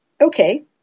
Okay